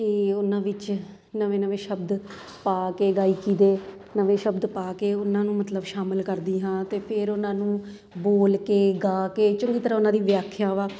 ਕਿ ਉਹਨਾਂ ਵਿੱਚ ਨਵੇਂ ਨਵੇਂ ਸ਼ਬਦ ਪਾ ਕੇ ਗਾਇਕੀ ਦੇ ਨਵੇਂ ਸ਼ਬਦ ਪਾ ਕੇ ਉਹਨਾਂ ਨੂੰ ਮਤਲਬ ਸ਼ਾਮਿਲ ਕਰਦੀ ਹਾਂ ਅਤੇ ਫਿਰ ਉਹਨਾਂ ਨੂੰ ਬੋਲ ਕੇ ਗਾ ਕੇ ਚੰਗੀ ਤਰ੍ਹਾਂ ਉਹਨਾਂ ਦੀ ਵਿਆਖਿਆ